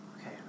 okay